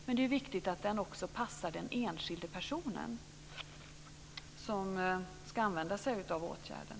Men det är viktigt att den också passar den enskilde personen som ska använda sig av åtgärden.